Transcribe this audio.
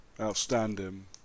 Outstanding